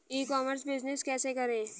ई commerce business कैसे करें?